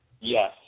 Yes